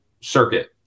circuit